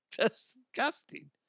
Disgusting